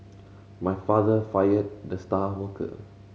my father fired the star worker